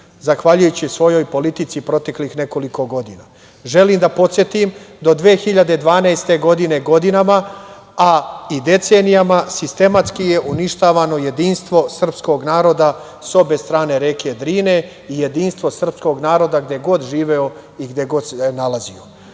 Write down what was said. zahvaljujući svojoj politici proteklih nekoliko godina. Želim da podsetim, do 2012. godine, godinama, a i decenijama, sistematski je uništavano jedinstvo srpskog naroda, sa obe strane reke Drine i jedinstvo naroda gde god živeo i gde god se